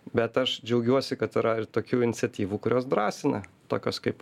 bet aš džiaugiuosi kad yra ir tokių iniciatyvų kurios drąsina tokias kaip